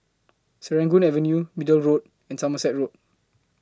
Serangoon Avenue Middle Road and Somerset Road